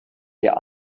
der